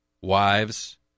Wives